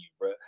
bro